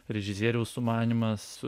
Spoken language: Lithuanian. režisieriaus sumanymas